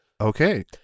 Okay